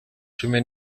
cumi